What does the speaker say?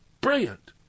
brilliant